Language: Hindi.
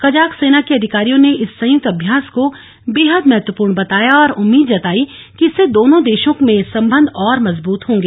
कजाक सेना के अधिकारियों ने इस संयुक्त अभ्यास को बेहद महत्वपूर्ण बताया और उम्मीद जताई की इससे दोनों देशो में सम्बन्ध और मजबूत होंगे